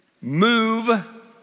Move